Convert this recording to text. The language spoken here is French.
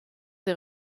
des